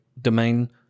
domain